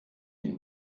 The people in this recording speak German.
ihn